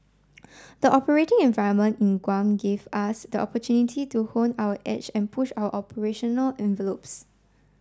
the operating environment in Guam gave us the opportunity to hone our edge and push our operational envelopes